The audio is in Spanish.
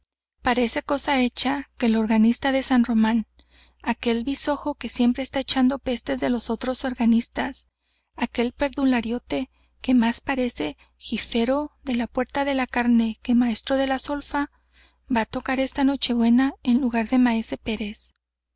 parece cosa hecha que el organista de san román aquel bisojo que siempre está echando pestes de los otros organistas aquel perdulariote que más parece jifero de la puerta de la carne que maestro de solfa va á tocar esta nochedueña en lugar de maese pérez